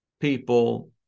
people